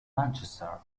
manchester